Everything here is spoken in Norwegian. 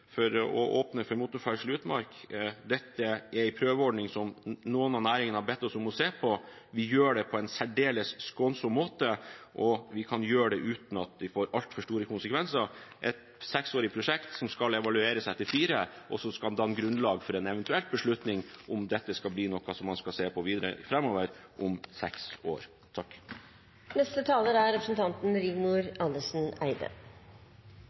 motorferdsel i utmark. Dette er en prøveordning som noen av næringene har bedt oss om å se på. Vi gjør det på en særdeles skånsom måte, og vi kan gjøre det uten at det får altfor store konsekvenser. Det er et seksårig prosjekt, som skal evalueres etter fire år, og som skal danne grunnlag for en eventuell beslutning om dette skal bli noe som man skal se på videre framover, etter seks år.